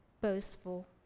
boastful